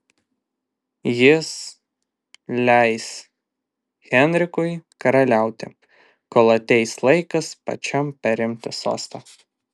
jis leis henrikui karaliauti kol ateis laikas pačiam perimti sostą